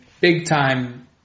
big-time